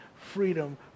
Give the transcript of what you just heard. freedom